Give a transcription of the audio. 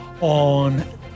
on